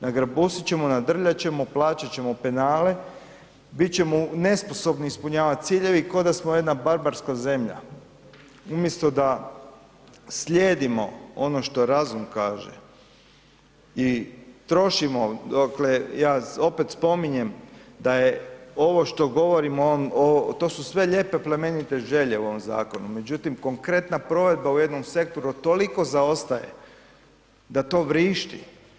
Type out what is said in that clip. Nagrabusit ćemo, nadrljat ćemo, plaćat ćemo penale, bit ćemo nesposobni ispunjavat ciljeve i ko da smo jedna barbarska zemlja, umjesto da slijedimo ono što razum kaže i trošimo dokle ja opet spominjem da je ovo što govorimo to su sve lijepe plemenite želje u ovom zakonu, međutim konkretna provedba u jednom sektoru toliko zaostaje da to vrišti.